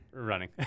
running